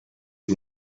sie